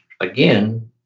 again